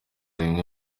bimwe